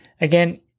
again